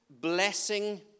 blessing